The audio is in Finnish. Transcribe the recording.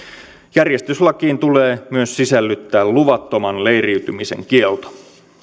järjestyslakiin tulee myös sisällyttää luvattoman leiriytymisen kielto